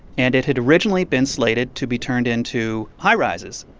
and it had originally been slated to be turned into high-rises,